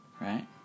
Right